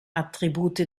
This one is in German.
attribute